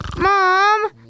Mom